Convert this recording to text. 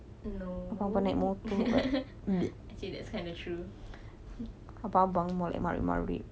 no okay that's kind of true